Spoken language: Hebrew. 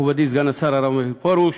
מכובדי סגן השר הרב מאיר פרוש,